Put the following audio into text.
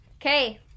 Okay